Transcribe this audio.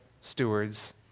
stewards